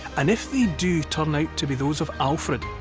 and if they do turn out to be those of alfred,